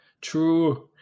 true